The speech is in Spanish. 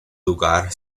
lugar